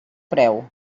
preu